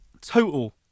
Total